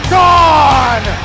gone